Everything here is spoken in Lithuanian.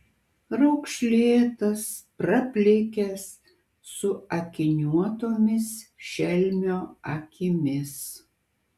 raukšlėtas praplikęs su akiniuotomis šelmio akimis